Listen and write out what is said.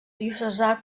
diocesà